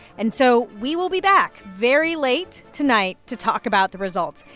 and so we will be back very late tonight to talk about the results.